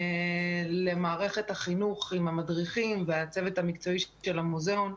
למערכת החינוך עם המדריכים והצוות המקצועי של המוזיאון.